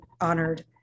honored